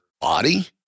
body